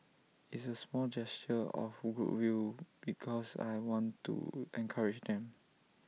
it's A small gesture of goodwill because I want to encourage them